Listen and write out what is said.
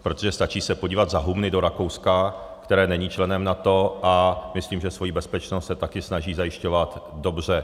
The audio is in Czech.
Protože stačí se podívat za humny do Rakouska, které není členem NATO, a myslím, že svoji bezpečnost se taky snaží zajišťovat dobře.